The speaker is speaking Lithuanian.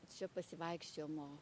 čia pasivaikščiojimo